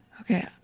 Okay